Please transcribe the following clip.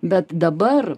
bet dabar